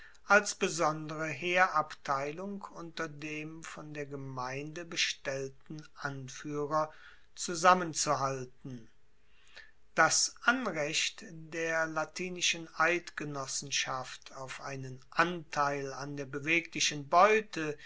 als besondere heerabteilung unter dem von der gemeinde bestellten anfuehrer zusammenzuhalten das anrecht der latinischen eidgenossenschaft auf einen anteil an der beweglichen beute